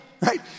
right